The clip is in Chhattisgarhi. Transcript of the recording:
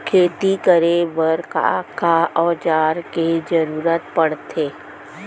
खेती करे बर का का औज़ार के जरूरत पढ़थे?